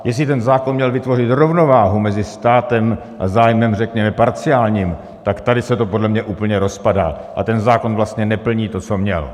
Jestli ten zákon měl vytvořit rovnováhu mezi státem a zájmem řekněme parciálním, tak tady se to podle mě úplně rozpadá a ten zákon vlastně neplní to, co měl.